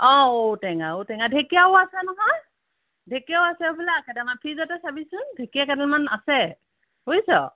অ' ঔটেঙা ঔটেঙা ঢেকীয়াও আছে নহয় ঢেকীয়াও আছে হ'বলা কেডালমান ফ্ৰীজতে চাবিচোন ঢেকীয়াকেইডালমান আছে বুইছ